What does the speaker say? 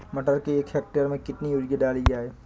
मटर के एक हेक्टेयर में कितनी यूरिया डाली जाए?